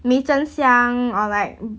美珍香 or like